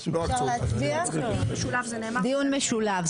דיון משולב.